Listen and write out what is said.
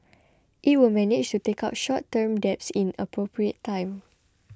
it will manage to take out short term debts in appropriate time